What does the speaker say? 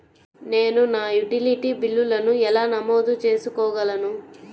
నేను నా యుటిలిటీ బిల్లులను ఎలా నమోదు చేసుకోగలను?